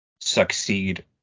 succeed